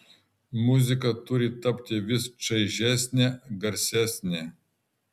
muzika turi tapti vis čaižesnė garsesnė